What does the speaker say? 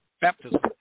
baptism